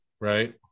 right